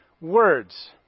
words